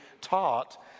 taught